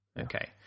Okay